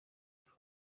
paul